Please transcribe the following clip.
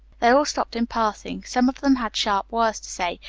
they all stopped in passing some of them had sharp words to say,